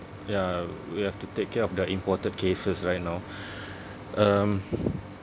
ya we have to take care of the imported cases right now um